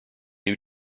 new